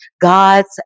God's